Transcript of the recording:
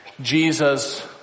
Jesus